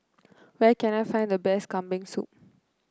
where can I find the best Kambing Soup